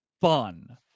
fun